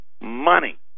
money